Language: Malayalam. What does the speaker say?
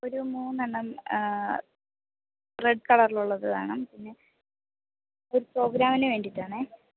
ഒരു മൂന്നെണ്ണം റെഡ് കളറിൽ ഉള്ളത് വേണം പിന്നെ ഒരു പ്രോഗ്രാമിന് വേണ്ടിയിട്ടാണ്